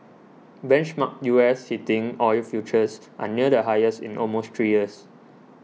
benchmark U S heating oil futures are near the highest in almost three years